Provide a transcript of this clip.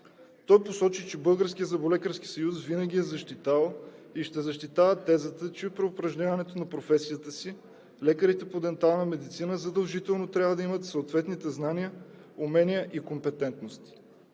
Той посочи, че БЗС винаги е защитавал и ще защитава тезата, че при упражняването на професията си лекарите по дентална медицина задължително трябва да имат съответните знания, умения и компетентности.